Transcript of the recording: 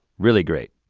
really great.